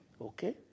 Okay